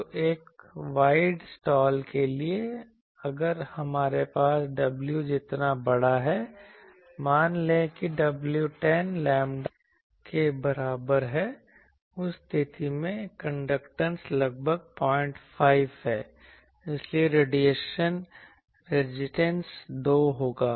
तो एक wide slot के लिए अगर हमारे पास w जितना बड़ा है मान लें कि w 10 लैम्ब्डा के बराबर है उस स्थिति में कंडक्टेंस लगभग 05 है इसलिए रेडिएशन रेजिस्टेंस 2 होगा